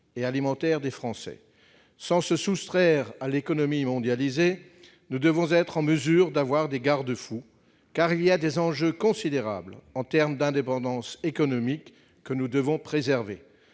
et alimentaire des Français. Sans nous soustraire à l'économie mondialisée, nous devons être en mesure d'avoir des garde-fous, car il y a des enjeux considérables en termes d'indépendance économique que nous devons préserver.